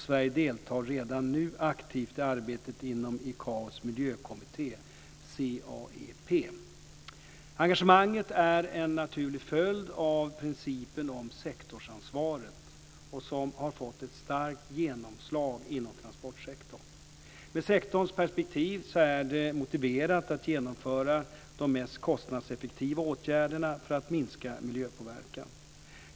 Sverige deltar redan nu aktivt i arbetet inom Engagemanget är en naturlig följd av principen om sektorsansvaret, som har fått ett starkt genomslag inom transportsektorn. Med sektorns perspektiv är det motiverat att genomföra de mest kostnadseffektiva åtgärderna för att minska miljöpåverkan.